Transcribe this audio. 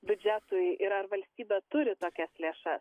biudžetui ir ar valstybė turi tokias lėšas